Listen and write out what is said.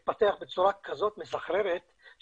חייב לומר שאני בדיון הזה כבר מתחילת החוק כחבר הוועדה העליונה.